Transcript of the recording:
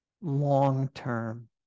long-term